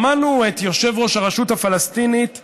שמענו את יושב-ראש הרשות הפלסטינית מקלל,